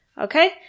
Okay